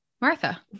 Martha